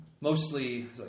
Mostly